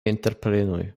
entreprenoj